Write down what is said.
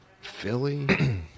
Philly